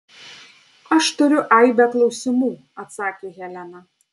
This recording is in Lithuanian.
aš turiu aibę klausimų atsakė helena